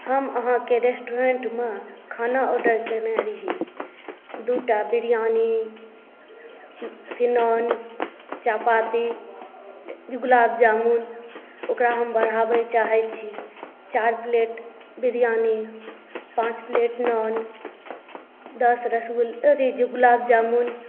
हम अहाँके रेस्टुरेंटमे खाना आर्डर केने रही दू टा बिरयानी नान चपाती गुलाब जामुन ओकरा हम बढाबै चाहै छी चारि प्लेट बिरयानी पांच प्लेट नान दस रसगुल्ला अथी गुलाब जामुन